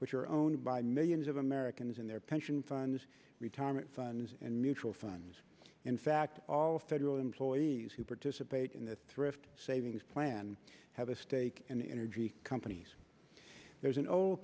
which are owned by millions of americans and their pension funds retirement funds and mutual funds in fact all federal employees who participate in the thrift savings plan have a stake in the energy companies there's an old